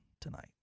tonight